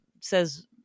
says